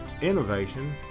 innovation